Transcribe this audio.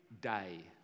day